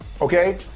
okay